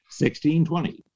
1620